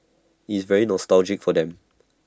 it's very nostalgic for them